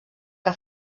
que